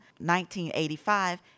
1985